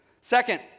Second